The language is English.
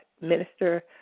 minister